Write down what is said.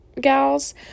gals